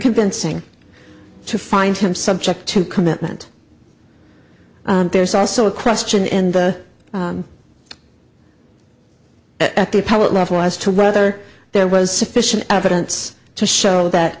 convincing to find him subject to commitment there's also a question in the at the appellate level as to whether there was sufficient evidence to show that